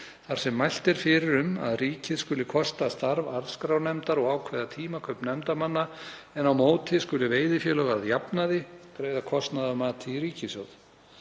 þar sem mælt er fyrir um að ríkið skuli kosta starf arðskrárnefndar og ákveða tímakaup nefndarmanna, en á móti skuli veiðifélög að jafnaði greiða kostnað af mati í ríkissjóð.